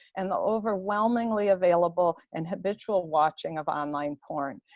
and the overwhelmingly available and habitual watching of online porn.